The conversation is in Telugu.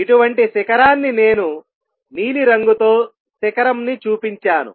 ఇటువంటి శిఖరాన్ని నేను నీలి రంగుతో శిఖరం ని చూపించాను